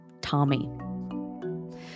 Tommy